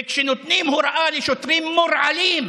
וכשנותנים הוראה לשוטרים מורעלים: